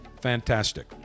fantastic